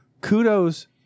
Kudos